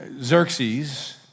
Xerxes